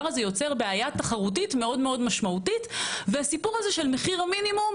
הזה יוצר בעיה תחרותית מאוד משמעותית והסיפור של מחיר המינימום